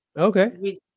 Okay